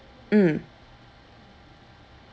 mm